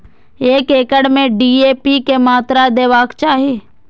एक एकड़ में डी.ए.पी के मात्रा देबाक चाही?